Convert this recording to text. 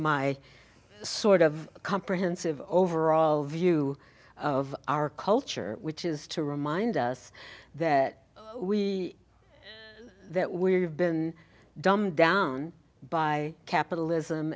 my sort of comprehensive overall view of our culture which is to remind us that we that we have been dumbed down by capitalism